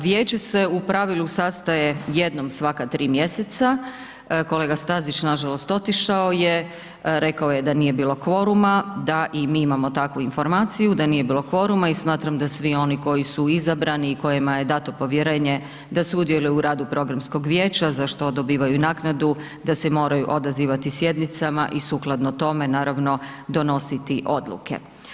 Vijeće se u pravilu sastaje jednom u svaka 3 mjeseca, kolega Stazić, nažalost otišao je, rekao je da nije bilo kvoruma, da i mi imamo takvu informaciju, da nije bilo kvoruma i smatram da svi oni koji su izabrani i kojima je dato povjerenje da sudjeluju u radu Programskog vijeća, za što dobivaju naknadu, da se moraju odazivati sjednicama i sukladno tome, naravno, donositi odluke.